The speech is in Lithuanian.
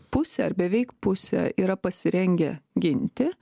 pusė ar beveik pusė yra pasirengę ginti